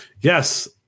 Yes